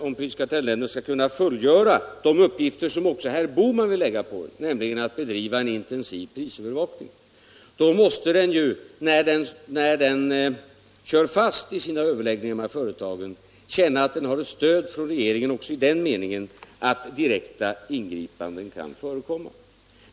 Om prisoch kartellnämnden skall kunna fullgöra de uppgifter som även herr Bohman vill lägga på den, nämligen att bedriva en intensiv prisövervakning, måste nämnden, när den kör fast i sina överläggningar med företagen, känna att den har stöd från regeringen också på så sätt att direkta ingripanden kan förekomma.